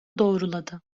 doğruladı